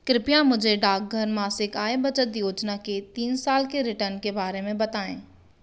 कृपया मुझे डाकघर मासिक आय बचत योजना के तीन साल के रिटर्न के बारे में बताएँ